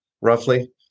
roughly